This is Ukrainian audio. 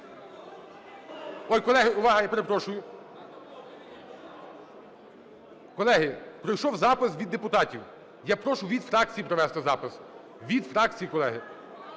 Ой, колеги - увага! – я перепрошую. Колеги, пройшов запис від депутатів. Я прошу від фракцій провести запис. Від фракцій, колеги.